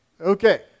Okay